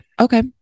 Okay